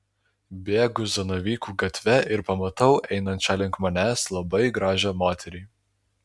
bėgu zanavykų gatve ir pamatau einančią link manęs labai gražią moterį